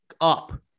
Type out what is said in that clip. up